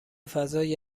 فضای